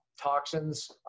toxins